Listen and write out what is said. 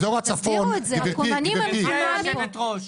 באזור הצפון -- גברתי יושבת הראש,